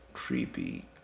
creepy